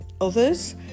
others